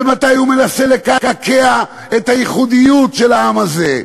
ומתי הוא מנסה לקעקע את הייחודיות של העם הזה.